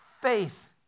faith